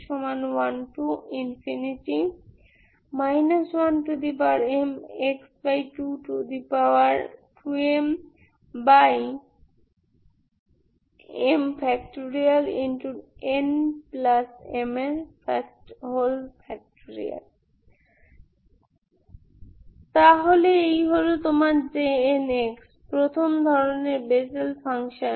সুতরাং এই হল তোমার Jn প্রথম ধরনের বেসেল ফাংশান